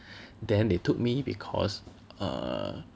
then they took me because err